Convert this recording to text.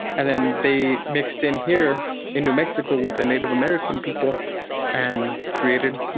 and then they mixed in here in new mexico with the native american people and created me